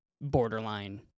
borderline